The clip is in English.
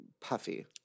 puffy